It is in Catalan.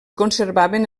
conservaven